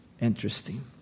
Interesting